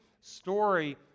story